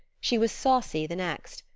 she was saucy the next,